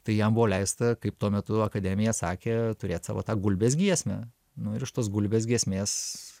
tai jam buvo leista kaip tuo metu akademija sakė turėt savo tą gulbės giesmę nu ir iš tos gulbės giesmės